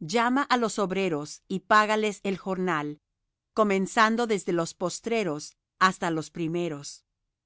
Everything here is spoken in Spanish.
llama á los obreros y págales el jornal comenzando desde los postreros hasta los primeros